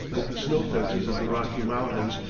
like the snow-fences of the rocky mountains,